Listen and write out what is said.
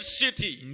city